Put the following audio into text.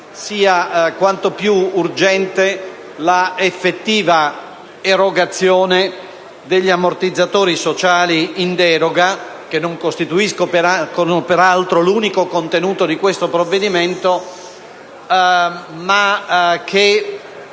sia quanto mai urgente l'effettiva erogazione degli ammortizzatori sociali in deroga. Essi non costituiscono peraltro l'unico contenuto di questo provvedimento, ma da